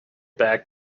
back